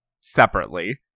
separately